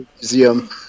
museum